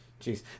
Jeez